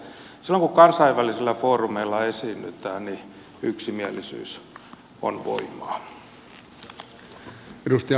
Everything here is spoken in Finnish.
silloin kun kansainvälisillä foorumeilla esiinnytään yksimielisyys on voimaa